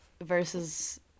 versus